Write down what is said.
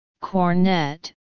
cornet